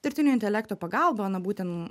dirbtinio intelekto pagalba na būten